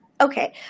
Okay